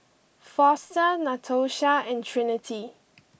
Foster Natosha and Trinity